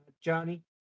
Johnny